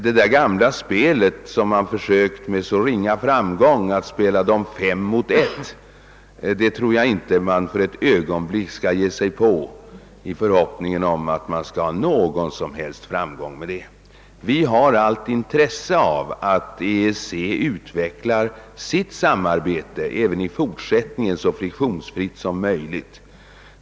Det gamla spelet fem mot ett som man försökt spela utan framgång, bör man undvika att ge sig in på. Vi har allt intresse av att EEC även i fortsättningen utvecklar sitt samarbete så friktionsfritt som möjligt.